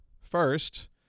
First